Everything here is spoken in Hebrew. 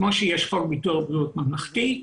כמו שיש חוק ביטוח בריאות ממלכתי,